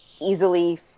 easily